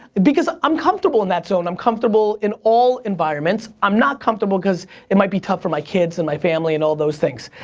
because i'm comfortable in that zone. i'm comfortable in all environments. i'm not comfortable cause it might be tough for my kids and my family and all those things.